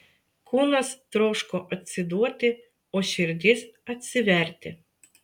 kūnas troško atsiduoti o širdis atsiverti